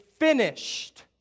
finished